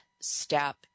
step